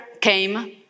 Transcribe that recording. came